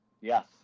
Yes